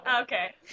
Okay